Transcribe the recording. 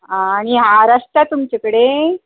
आं आनी हार आसता तुमचे कडेन